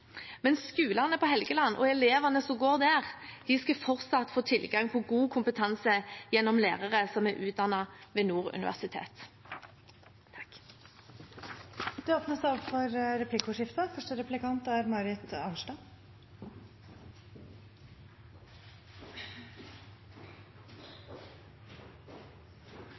men skolene på Helgeland og elevene som går der, skal fortsatt få tilgang på god kompetanse gjennom lærere som er utdannet ved